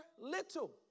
little